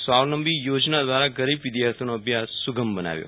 સ્વાવલંબી યોજના દ્વારા ગરીબ વિદ્યાર્થીઓનો અભ્યાસ સુગમ બનાવ્યો